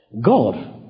God